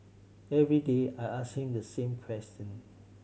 every day I ask him the same question